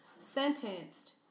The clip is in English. sentenced